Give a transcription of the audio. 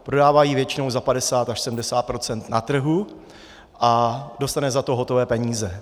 Prodává ji většinou za 50 až 70 % na trhu a dostane za to hotové peníze.